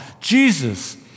Jesus